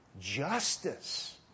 justice